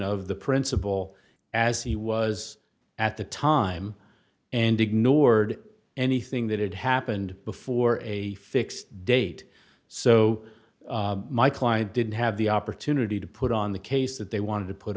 of the principle as he was at the time and ignored anything that had happened before a fixed date so my client didn't have the opportunity to put on the case that they wanted to put